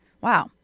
Wow